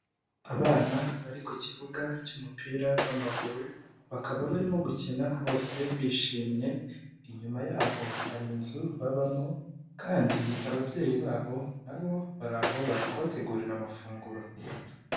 Abana bari ku kibuga cy'umupira w'amaguru, bakaba barimo gukina bose bishimye, inyuma yaho hari inzu babamo kandi ababyeyi babo nabo bari aho bari kubategurira amafunguro.